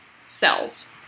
cells